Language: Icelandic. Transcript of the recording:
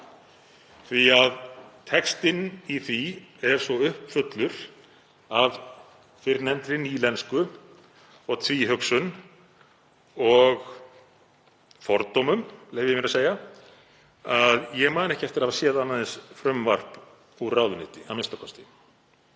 því að textinn í því er svo uppfullur af fyrrnefndri nýlensku og tvíhugsun og fordómum, leyfi ég mér að segja, að ég man ekki eftir að hafa séð annað eins frumvarp úr ráðuneyti a.m.k.